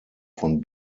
von